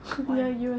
why